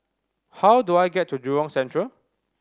how do I get to Jurong Central